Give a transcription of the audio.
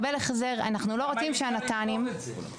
אנחנו לא רוצים שהנט"נים ----- לכתוב את זה?